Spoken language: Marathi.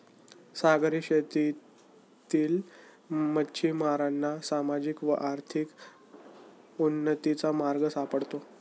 सागरी शेतीतील मच्छिमारांना सामाजिक व आर्थिक उन्नतीचा मार्ग सापडतो